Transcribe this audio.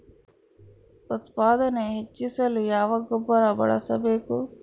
ಉತ್ಪಾದನೆ ಹೆಚ್ಚಿಸಲು ಯಾವ ಗೊಬ್ಬರ ಬಳಸಬೇಕು?